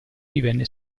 divenne